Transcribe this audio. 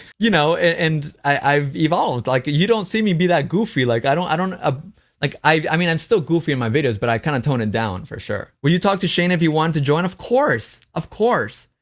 you know, and i've evolved, like, you don't see me be that goofy, like, i don't i don't ah like, i i mean, i'm still goofy in my videos but i kinda tone it down, for sure. would you talk to shane if he wanted to join? of course, of course.